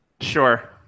Sure